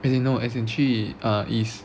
as in no as in 去 uh east